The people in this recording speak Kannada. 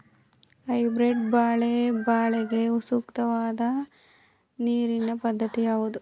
ಹೈಬ್ರೀಡ್ ಬಾಳೆ ಬೆಳೆಗೆ ಸೂಕ್ತವಾದ ನೀರಿನ ಪದ್ಧತಿ ಯಾವುದು?